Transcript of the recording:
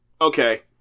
Okay